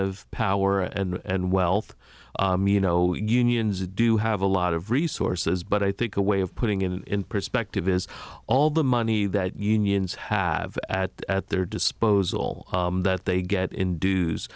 of power and wealth you know unions do have a lot of resources but i think a way of putting it in perspective is all the money that unions have at at their disposal that they get in du